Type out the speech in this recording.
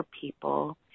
people